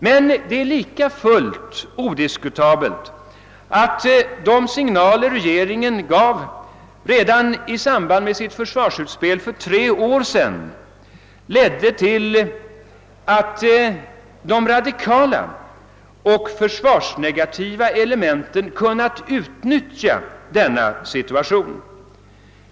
Men det är likafullt odiskutabelt att de signaler regeringen gav redan i samband med sitt försvarsutspel för tre år sedan kunnat utnyttjas av de radikala och försvarsnegativa elementen i samhället.